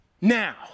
Now